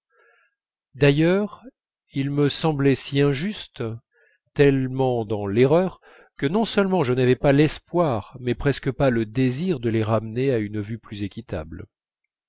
d'ailleurs ils me semblaient si injustes tellement dans l'erreur que non seulement je n'avais pas l'espoir mais presque pas le désir de les ramener à une vue plus équitable